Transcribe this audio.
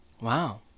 wow